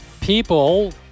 people